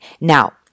now